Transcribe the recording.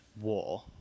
war